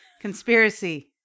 Conspiracy